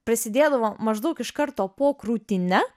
prasidėdavo maždaug iš karto po krūtine